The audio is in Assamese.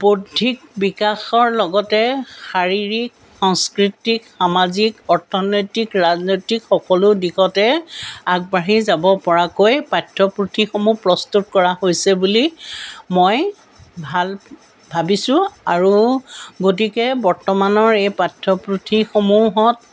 বৌধিক বিকাশৰ লগতে শাৰীৰিক সংস্কৃতিক সামাজিক অৰ্থনৈতিক ৰাজনৈতিক সকলো দিশতে আগবাঢ়ি যাব পৰাকৈ পাঠ্যপুথিসমূহ প্ৰস্তুত কৰা হৈছে বুলি মই ভাল ভাবিছোঁ আৰু গতিকে বৰ্তমানৰ এই পাঠ্যপুথিসমূহত